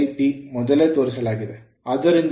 ಆದ್ದರಿಂದ ns 120 fP